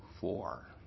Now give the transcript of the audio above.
four